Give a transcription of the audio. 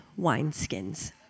wineskins